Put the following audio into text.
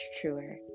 truer